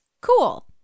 Cool